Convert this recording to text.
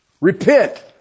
Repent